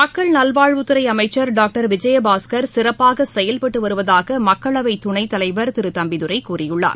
மக்கள் நல்வாழ்வுத்துறை அமைச்ச் டாக்டர் விஜயபாஸ்கர் சிறப்பாக செயல்பட்டு வருவதாக மக்களவை துணைத்தலைவர் திரு தம்பிதுரை கூறியுள்ளார்